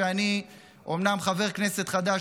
אני אומנם חבר כנסת חדש,